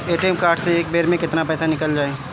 ATM card से एक बेर मे केतना पईसा निकल जाई?